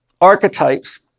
archetypes